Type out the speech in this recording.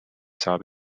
saab